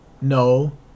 No